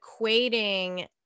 equating